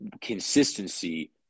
consistency